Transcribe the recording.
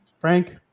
Frank